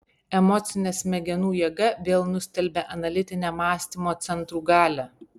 emocinė smegenų jėga vėl nustelbia analitinę mąstymo centrų galią